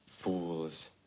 Fools